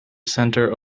center